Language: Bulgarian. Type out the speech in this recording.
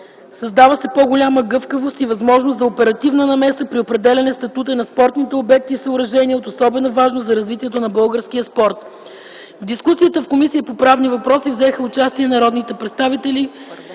Създава се по-голяма гъвкавост и възможност за оперативна намеса при определяне на статута на спортните обекти и съоръжения от особена важност за развитието на българския спорт. В дискусията в Комисията по правни въпроси взеха участие народните представители